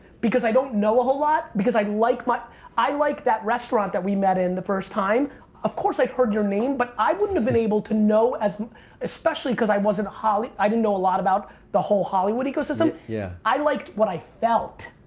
because i don't know a whole lot i like i like that restaurant that we met in the first time of course i've heard your name but i wouldn't have been able to know as especially cause i wasn't holly i didn't know a lot about the whole hollywood ecosystem. yeah i liked what i felt.